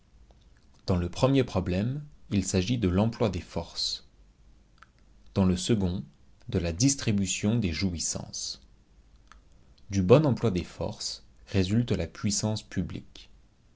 dans le premier problème il s'agit de l'emploi des forces dans le second de la distribution des jouissances du bon emploi des forces résulte la puissance publique